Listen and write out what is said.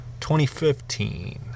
2015